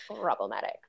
problematic